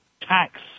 tax